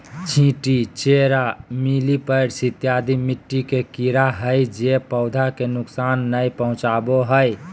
चींटी, चेरा, मिलिपैड्स इत्यादि मिट्टी के कीड़ा हय जे पौधा के नुकसान नय पहुंचाबो हय